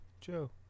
Joe